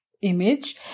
image